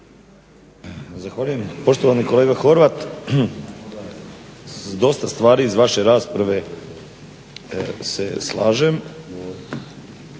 Zahvaljujem. Poštovani kolega Horvat, s dosta stvari iz vaše rasprave se slažem.